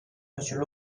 monsieur